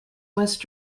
west